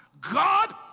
God